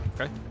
Okay